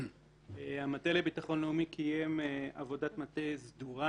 המטה לביטחון לאומי קיים עבודת מטה סדורה